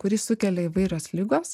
kurį sukelia įvairios ligos